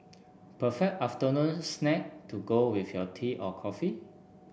perfect afternoon snack to go with your tea or coffee